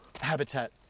habitat